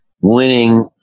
winning